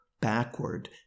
backward